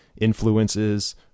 influences